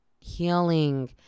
healing